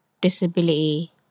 disability